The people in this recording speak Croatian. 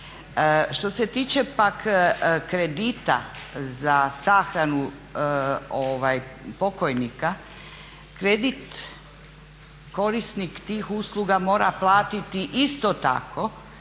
Što se tiče pak kredita za sahranu pokojnika kredit korisnik tih usluga mora platiti isto tako